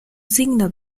signo